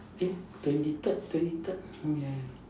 eh twenty third twenty third oh ya ya